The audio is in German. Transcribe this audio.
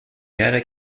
mehrere